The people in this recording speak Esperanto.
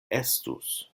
estus